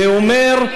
זה אומר,